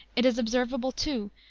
it is observable, too,